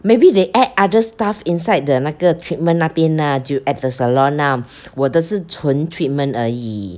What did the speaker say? maybe they add other stuff inside the 那个 treatment 那边 ah 就 at the salon ah 我的是纯 treatment 而已